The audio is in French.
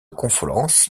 confolens